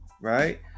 right